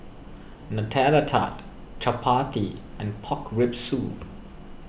Nutella Tart Chappati and Pork Rib Soup